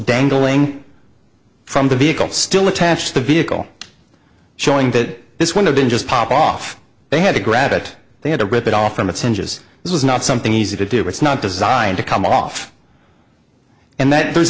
dangling from the vehicle still attached the vehicle showing that this would have been just pop off they had to grab it they had to rip it off from its inches it was not something easy to do it's not designed to come off and that there's